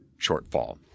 shortfall